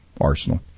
arsenal